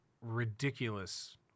ridiculous